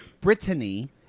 Brittany